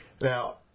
Now